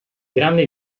grande